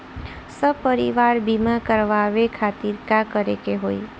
सपरिवार बीमा करवावे खातिर का करे के होई?